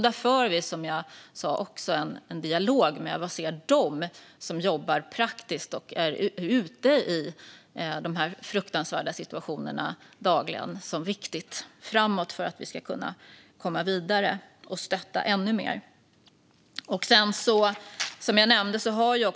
Där för vi en dialog med dem som jobbar praktiskt och dagligen ser de fruktansvärda situationerna om vad de ser som viktigt framåt för att komma vidare och stötta ännu mer.